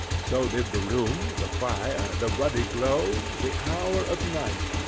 so did the room, the fire, the ruddy glow, the hour of night,